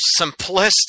simplistic